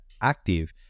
active